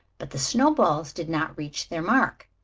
but the snowballs did not reach their mark,